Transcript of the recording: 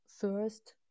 first